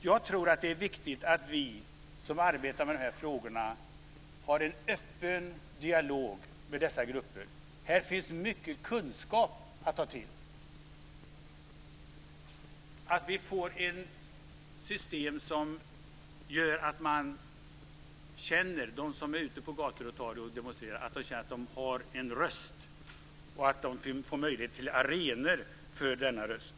Jag tror att det är viktigt att vi som arbetar med de här frågorna har en öppen dialog med dessa grupper. Här finns mycket kunskap att ta till sig. Vi bör få ett system som gör att de som är ute på gator och torg och demonstrerar känner att de har en röst och att de får tillgång till arenor för denna röst.